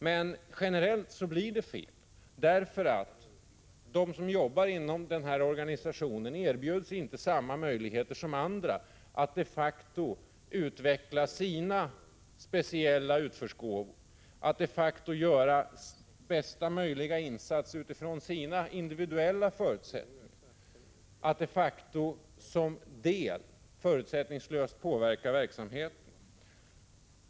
Men generellt blir det fel, därför att de som jobbar inom denna organisation inte erbjuds samma möjligheter som andra att de facto utveckla sina speciella utförsgåvor, att de facto göra bästa möjliga insats utifrån sina individuella förutsättningar och att de facto förutsättningslöst påverka verksamheten.